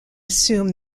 assume